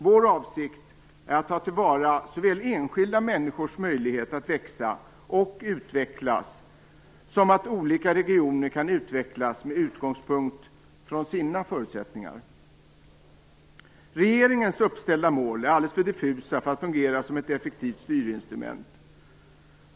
Vår avsikt är att såväl ta till vara enskilda människors möjlighet att växa och utvecklas som att se till att olika regioner kan utvecklas med utgångspunkt i sina förutsättningar. Regeringens uppställda mål är alldeles för diffusa för att fungera som ett effektivt styrinstrument.